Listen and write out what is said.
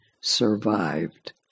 survived